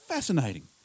Fascinating